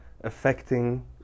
affecting